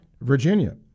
Virginia